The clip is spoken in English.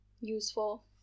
useful